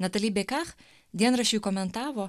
nataly bekach dienraščiui komentavo